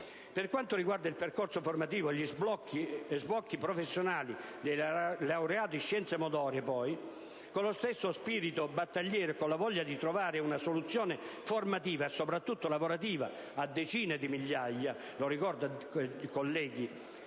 Per quanto riguarda poi il percorso formativo e gli sbocchi professionali dei laureati in scienze motorie, con lo stesso spirito battagliero e con la voglia di trovare una soluzione formativa, e soprattutto lavorativa, a decine di migliaia di laureati ex